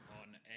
on